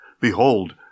Behold